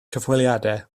cyfweliadau